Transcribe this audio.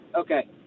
Okay